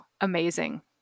amazing